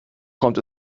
kommt